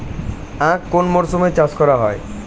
আখ কোন মরশুমে চাষ করা হয়?